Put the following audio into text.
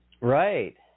Right